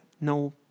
no